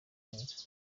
neza